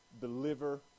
deliver